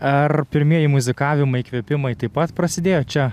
ar pirmieji muzikavimai įkvėpimai taip pat prasidėjo čia